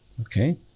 okay